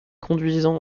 conduisant